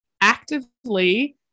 actively